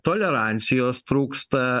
tolerancijos trūksta